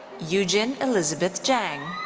yujin elizabeth jang.